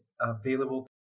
available